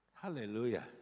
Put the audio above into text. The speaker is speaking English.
Hallelujah